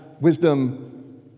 wisdom